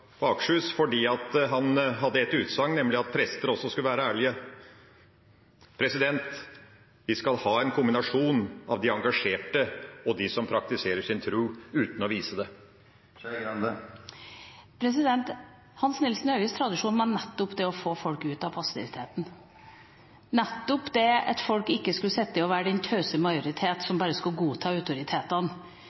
Akershus fordi han hadde et utsagn, nemlig at prester også skulle være ærlige. Vi skal ha en kombinasjon av de engasjerte og de som praktiserer sin tro uten å vise det. Hans Nielsen Hauges tradisjon var nettopp det å få folk ut av passiviteten, nettopp det at folk ikke skulle sitte og være den tause majoritet, som bare skulle godta autoritetene,